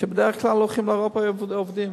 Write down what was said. שבדרך כלל הולכים לאירופה ועובדים,